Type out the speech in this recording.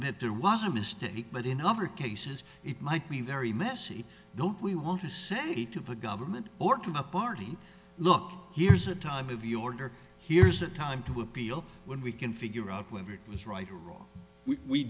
that there was a mistake but in other cases it might be very messy don't we want to send hate of a government or to a party look here's a time of your day or here's a time to appeal when we can figure out whether it was right or wrong we